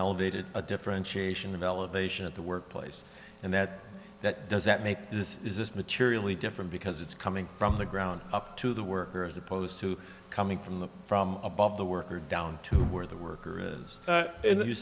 elevated a differentiation of elevation at the workplace and that that does that make this is this materially different because it's coming from the ground up to the work or as opposed to coming from the from above the worker down to where the worker is in that